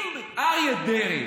אם אריה דרעי